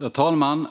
Herr talman!